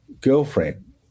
girlfriend